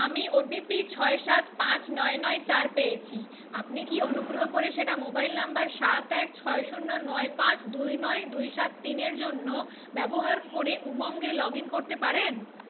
আমি ওটিপি ছয় সাত পাঁচ নয় নয় চার পেয়েছি আপনি কি অনুগ্রহ করে সেটা মোবাইল নম্বর সাত এক ছয় শূন্য নয় পাঁচ দুই নয় দুই সাত তিনের জন্য ব্যবহার করে উমঙ্গে লগ ইন করতে পারেন